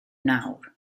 nawr